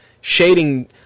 shading